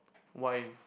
why